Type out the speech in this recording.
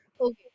Okay